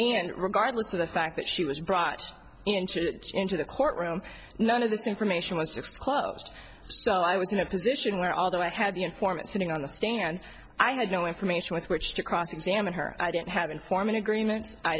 and regardless of the fact that she was brought into the courtroom none of this information was disclosed so i was in a position where although i had the informant sitting on the stand i had no information with which to cross examine her i didn't have informant agreements i